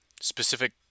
specific